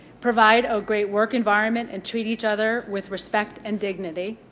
provide a great work environment and treat each other with respect and dignity.